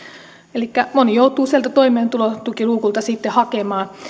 elikkä moni joutuu sieltä toimeentulotukiluukulta sitten hakemaan